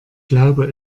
glaube